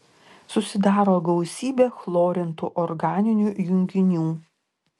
susidaro gausybė chlorintų organinių junginių